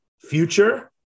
future